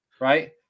right